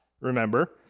remember